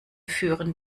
führen